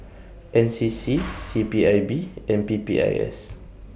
N C C C P I B and P P I S